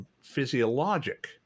physiologic